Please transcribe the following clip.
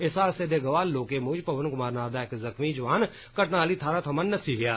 इस हादसे दे गवाह लोकें मुजब पवन कुमार नां दा इक जख़्मी जवान घटना आहली थाहरां थमां नस्सी गेआ